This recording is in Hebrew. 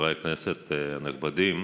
חברי הכנסת הנכבדים,